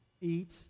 eat